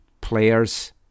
players